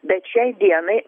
bet šiai dienai